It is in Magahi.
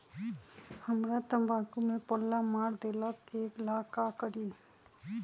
हमरा तंबाकू में पल्ला मार देलक ये ला का करी?